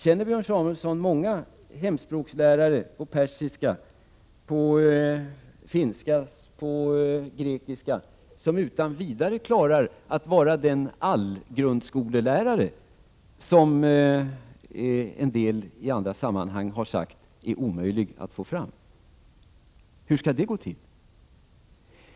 Känner Björn Samuelson många hemspråkslärare i persiska, i finska eller i grekiska som utan vidare skulle klara av att vara en allgrundskolelärare, som somliga i andra sammanhang har sagt att det är omöjligt att få fram? Hur skall det gå till?